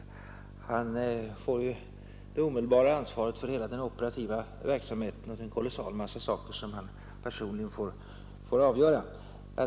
Polischefen får ju det omedelbara ansvaret för hela den operativa verksamheten, och det blir en kolossal massa saker som han personligen får avgöra.